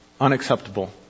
unacceptable